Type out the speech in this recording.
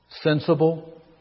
Sensible